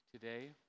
today